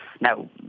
Now